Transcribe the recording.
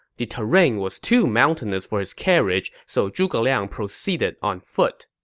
the terrain was too mountainous for his carriage, so zhuge liang proceeded on foot.